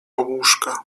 łóżka